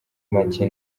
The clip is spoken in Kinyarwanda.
make